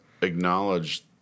acknowledge